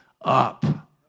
up